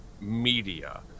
media